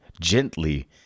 gently